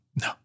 no